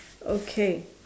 okay